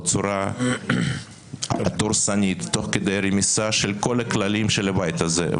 בצורה דורסנית תוך כדי רמיסה של כל הכללים של הבית הזה.